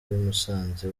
musanze